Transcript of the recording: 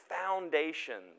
foundations